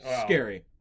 Scary